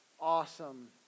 awesome